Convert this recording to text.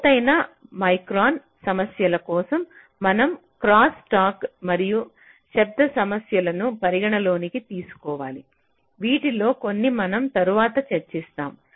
లోతైన ఉప మైక్రాన్ సమస్యల కోసం మనం క్రాస్ టాక్ మరియు శబ్దం సమస్యలను పరిగణనలోకి తీసుకోవాలి వీటిలో కొన్ని మనం తరువాత చర్చిస్తాము